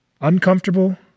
Uncomfortable